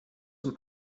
zum